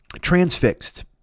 transfixed